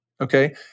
okay